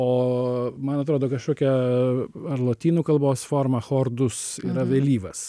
o man atrodo kažkokia ar lotynų kalbos forma chordus yra vėlyvas